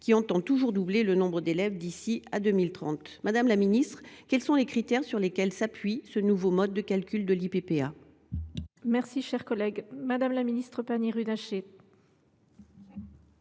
qui entend toujours doubler le nombre d’élèves d’ici à 2030. Madame la ministre, quels sont les critères sur lesquels s’appuie ce nouveau mode de calcul de l’Ippa ? La parole est à Mme la ministre déléguée.